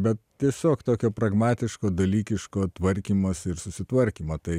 bet tiesiog tokio pragmatiško dalykiško tvarkymosi ir susitvarkymo tai